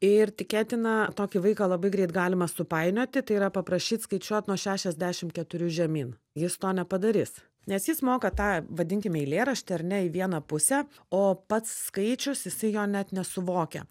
ir tikėtina tokį vaiką labai greit galima supainioti tai yra paprašyt skaičiuot nuo šešiasdešim keturių žemyn jis to nepadarys nes jis moka tą vadinkim eilėraštį ar ne į vieną pusę o pats skaičius jisai jo net nesuvokia